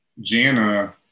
Jana